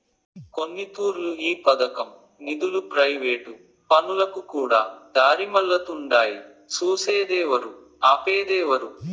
కొన్నితూర్లు ఈ పదకం నిదులు ప్రైవేటు పనులకుకూడా దారిమల్లతుండాయి సూసేదేవరు, ఆపేదేవరు